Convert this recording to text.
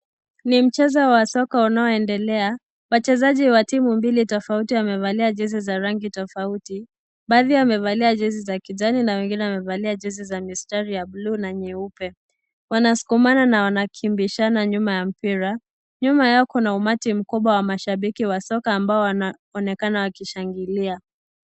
Ni mchezo wa soka unayoendelea, wachezaji wa timu mbili tofauti wamevalia jezi za rangi tofauti .Baadhi wamevalia za kijani na wengine wamevalia jezi za mistari ya buluu na nyeupe. Wanasukumana na wanakimbishana nyuma ya mpira. Nyuma Yao Kuna umati mkubwa wa mashabiki wa soka wanaonekana wakishangilia.